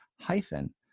hyphen